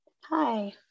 hi